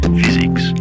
physics